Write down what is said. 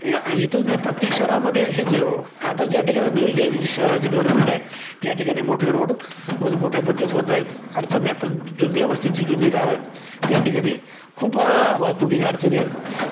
इथेच नाही प्रत्येक शहरामदध्ये हेचवं आता ज्या ठिकाणी नवीन ज्या शहराचे डेव्हलपमेंट आहेत त्या ठिकाणी मोठे रोड म्ह मोठ्या पद्धत होत आहेत अडचण नाही पण जुन्यावस्तीची जुने गाव आहेत त्या ठिकाणी खूप वाहतुकीच्या अडचणी आहेत